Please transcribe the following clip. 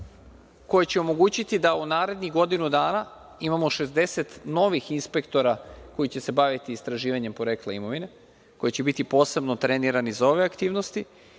koje će omogućiti da u narednih godinu dana imamo 60 novih inspektora koji će se baviti istraživanjem porekla imovine, koji će biti posebno trenirani za ove aktivnosti